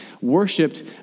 worshipped